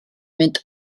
mynd